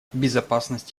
безопасность